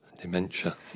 dementia